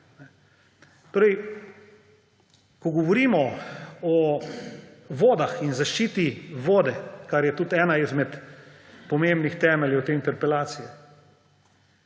ko govorimo o vodah in zaščiti vode, kar je tudi ena izmed pomembnih temeljev te interpelacije,